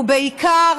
בעיקר